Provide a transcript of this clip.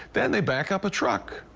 then they back up a truck.